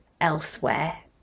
elsewhere